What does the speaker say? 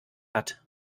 hat